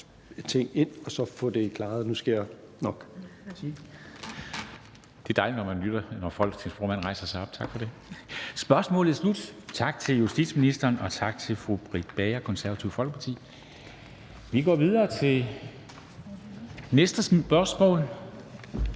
Spørgsmålet er sluttet. Tak til justitsministeren, og tak til fru Britt Bager, Det Konservative Folkeparti. Det næste spørgsmål